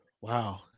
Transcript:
Wow